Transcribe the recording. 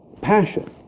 passion